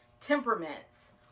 temperaments